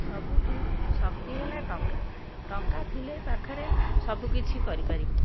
ସବୁଠୁ ଶକ୍ତି ହେଲା ଟଙ୍କା ଟଙ୍କା ଥିଲେ ପାଖରେ ସବୁକିଛି କରିପାରିବୁ